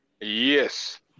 Yes